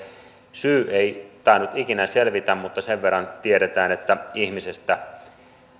syy ei tainnut ikinä selvitä mutta sen verran tiedetään että ihmisestä